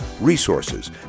resources